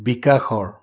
বিকাশৰ